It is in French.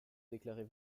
déclarer